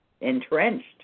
entrenched